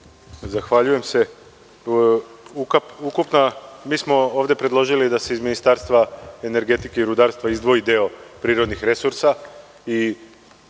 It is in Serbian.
Zahvaljujem se. Mi smo ovde predložili da se iz Ministarstva energetike i rudarstva izdvoji deo prirodnih resursa